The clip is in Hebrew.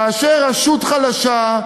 כאשר רשות חלשה,